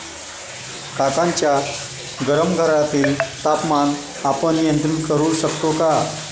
काकांच्या गरम घरातील तापमान आपण नियंत्रित करु शकतो का?